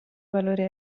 valore